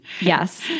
yes